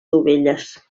dovelles